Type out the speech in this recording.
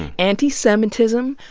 anti-semitism,